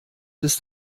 ist